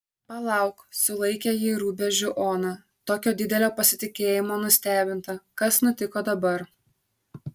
palauk sulaikė jį rubežių ona tokio didelio pasitikėjimo nustebinta kas nutiko dabar